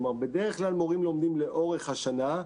בדרך כלל מורים לומדים לאורך השנה.